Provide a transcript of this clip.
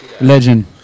Legend